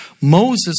Moses